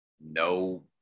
no